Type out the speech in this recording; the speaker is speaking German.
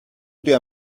der